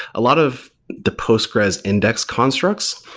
a lot of the postgres index constructs,